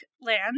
land